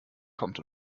kommt